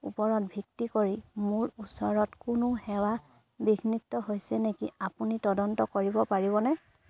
ওপৰত ভিত্তি কৰি মোৰ ওচৰত কোনো সেৱা বিঘ্নিত হৈছে নেকি আপুনি তদন্ত কৰিব পাৰিবনে